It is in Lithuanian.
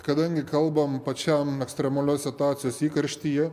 kadangi kalbam pačiam ekstremalios situacijos įkarštyje